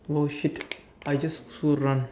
oh shit I just குசு உடுறான்:kusu uduraan